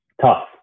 tough